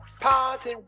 party